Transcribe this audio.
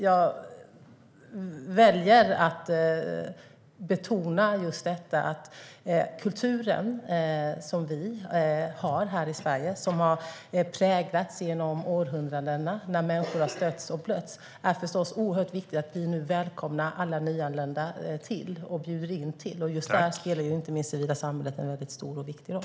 Jag väljer att betona just detta: Det är förstås oerhört viktigt att vi nu bjuder in och välkomnar alla nyanlända till den kultur som vi har här i Sverige, som har präglats genom århundraden när människor har stötts och blötts. Just där spelar inte minst det civila samhället en väldigt stor och viktig roll.